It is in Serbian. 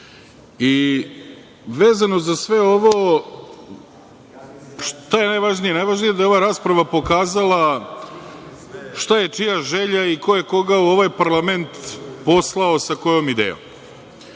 Vezano za sve ovo, šta je najvažnije? Najvažnije je da je ova rasprava pokazala šta je čija želja i ko je koga u ovaj parlament poslao sa kojom idejom. Siguran